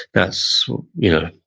that's you know,